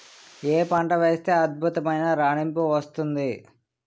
ఏ పంట వేస్తే అద్భుతమైన రాణింపు వస్తుంది?